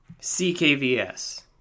CKVS